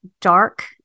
dark